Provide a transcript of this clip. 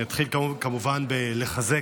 אני אתחיל כמובן בלחזק,